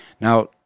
Now